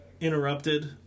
interrupted